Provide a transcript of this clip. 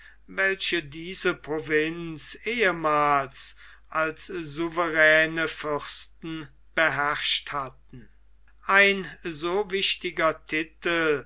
welche diese provinz ehemals als souveräne fürsten beherrscht hatten ein so wichtiger titel